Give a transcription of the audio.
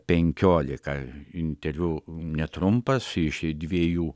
penkiolika interviu netrumpas iš dviejų